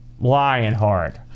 Lionheart